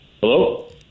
Hello